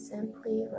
simply